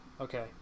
Okay